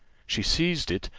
she seized it,